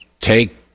Take